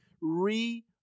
re-